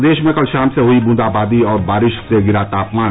प्रदेश में कल शाम से हुई बूंदाबादी और वारिश से गिरा तापमान